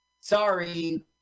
sorry